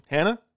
Hannah